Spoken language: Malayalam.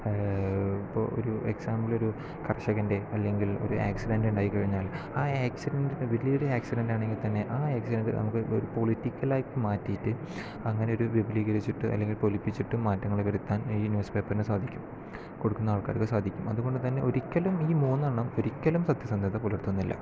ഇപ്പോൾ ഒരു എക്സാമ്പിൾ ഒരു കർഷകൻ്റെ അല്ലെങ്കിൽ ഒരു ആക്സിഡന്റ് ഉണ്ടായിക്കഴിഞ്ഞാൽ ആ ആക്സിഡന്റിനെ വലിയൊരു ആക്സിഡന്റാണെങ്കിൽത്തന്നെ ആ ആക്സിഡന്റ് നമുക്ക് പൊളി പൊളിറ്റിക്കലാക്കി മാറ്റിയിട്ട് അങ്ങനെ ഒരു വിപുലീകരിച്ചിട്ട് അല്ലെങ്കിൽ പൊലിപ്പിച്ചിട്ടും മാറ്റങ്ങൾ വരുത്താൻ ഈ ന്യൂസ് പേപ്പറിന് സാധിക്കും കൊടുക്കുന്ന ആൾക്കാർക്ക് സാധിക്കും അതുകൊണ്ടുതന്നെ ഒരിക്കലും ഈ മൂന്നെണ്ണം ഒരിക്കലും സത്യസന്ധത പുലർത്തുന്നില്ല